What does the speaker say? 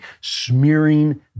smearing